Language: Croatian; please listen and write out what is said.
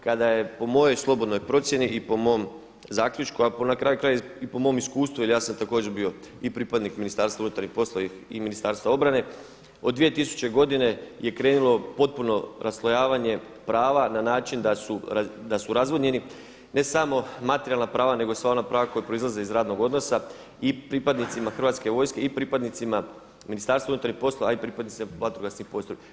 Kada je po mojoj slobodnoj procjeni i po mom zaključku a na kraju krajeva i po mom iskustvu jer ja sam također bio i pripadnik Ministarstva unutarnjih poslova i Ministarstva obrane od 2000. godine je krenulo potpuno raslojavanje prava na način da su razvodnjeni ne samo materijalna prava nego i sva ona prava koja proizlaze iz radnog odnosa i pripadnicima hrvatske vojske i pripadnicima Ministarstva unutarnjih poslova a i pripadnicima vatrogasnih postrojbi.